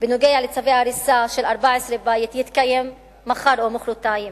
בצווי הריסה של 14 בתים יתקיים מחר או מחרתיים,